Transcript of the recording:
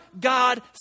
god